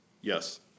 Yes